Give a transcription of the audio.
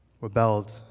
rebelled